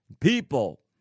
people